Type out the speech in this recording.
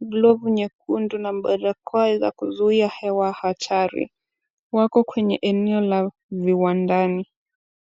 glovu nyekundu na barakoa ya kuzuia hewa hatari. Wako kwenye eneo la viwandani.